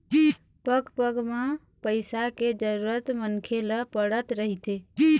पग पग म पइसा के जरुरत मनखे ल पड़त रहिथे